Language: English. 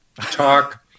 talk